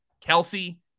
Kelsey